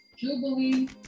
Jubilee